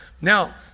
Now